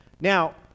Now